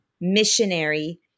missionary